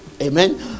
Amen